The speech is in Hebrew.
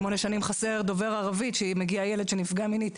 שמונה שנים חסר דובר ערבית שאם מגיע ילד שנפגע מינית,